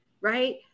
right